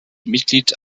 mitglied